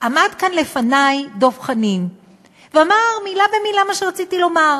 עמד כאן לפני דב חנין ואמר מילה במילה מה שרציתי לומר: